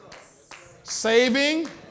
saving